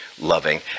loving